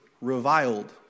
reviled